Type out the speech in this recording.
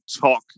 talk